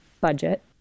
budget